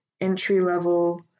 entry-level